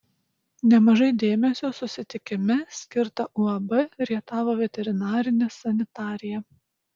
nemažai dėmesio susitikime skirta uab rietavo veterinarinė sanitarija